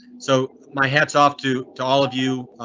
so my hats off to to all of you.